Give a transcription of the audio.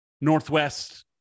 Northwest